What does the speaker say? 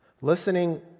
Listening